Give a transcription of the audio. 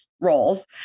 roles